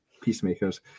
peacemakers